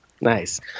nice